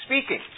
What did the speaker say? speaking